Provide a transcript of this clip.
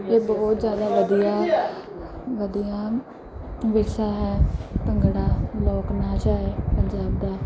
ਇਹ ਬਹੁਤ ਜ਼ਿਆਦਾ ਵਧੀਆ ਵਧੀਆ ਵਿਰਸਾ ਹੈ ਭੰਗੜਾ ਲੋਕ ਨਾਚ ਹੈ ਪੰਜਾਬ ਦਾ